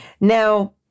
Now